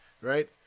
Right